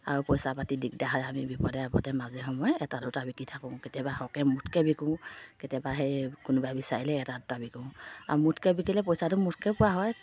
আৰু পইচা পাতি দিগদাৰ হয় আমি বিপদে আপদে মাজে সময়ে এটা দুটা বিকি থাকোঁ কেতিয়াবা সৰহকৈ মুঠকৈ বিকোঁ কেতিয়াবা সেই কোনোবাই বিচাৰিলে এটা দুটা বিকোঁ আৰু মুঠকৈ বিকিলে পইচাটো মুঠকৈ পোৱা হয়